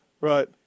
Right